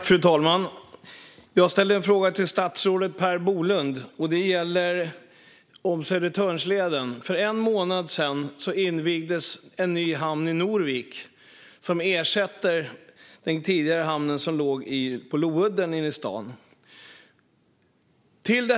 Fru talman! Jag vill ställa en fråga till statsrådet Bolund, och den handlar om Södertörnsleden. För en månad sedan invigdes en ny hamn i Norvik som ersätter den tidigare hamnen som låg på Loudden inne i stan.